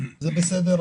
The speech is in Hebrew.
זה בסדר,